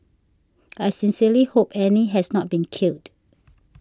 I sincerely hope Annie has not been killed